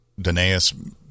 Danaeus